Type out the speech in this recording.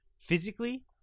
physically